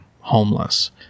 homeless